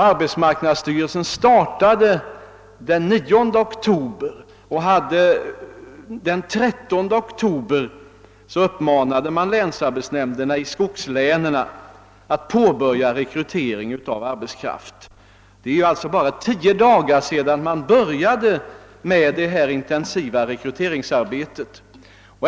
Arbetsmarknadsstyrelsen startade verksamheten den 9 oktober, och den 13 oktober uppmanade man länsarbetsnämnderna i skogslänen att påbörja rekrytering av arbetskraft. Det är alltså bara tio dagar sedan man började med detta intensiva rekryteringsarbete.